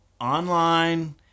online